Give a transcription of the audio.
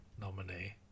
nominee